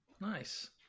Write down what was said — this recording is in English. Nice